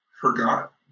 forgot